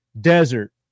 desert